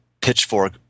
Pitchfork